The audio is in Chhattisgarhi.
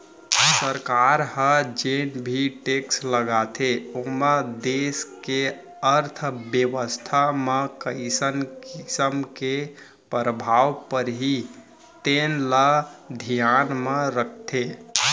सरकार ह जेन भी टेक्स लगाथे ओमा देस के अर्थबेवस्था म कइसन किसम के परभाव परही तेन ल धियान म राखथे